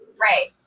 Right